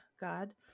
God